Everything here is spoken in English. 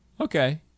okay